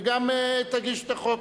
וגם תגיש את החוק.